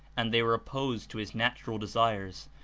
and they were opposed to his natural desires.